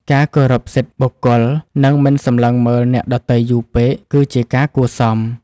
ការគោរពសិទ្ធិបុគ្គល និងមិនសម្លឹងមើលអ្នកដទៃយូរពេក គឺជាការគួរសម។